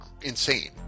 insane